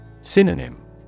Synonym